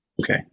Okay